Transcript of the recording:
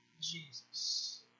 Jesus